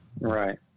Right